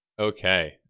okay